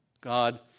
God